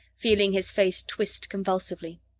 feeling his face twist convulsively.